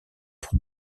pour